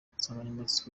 insanganyamatsiko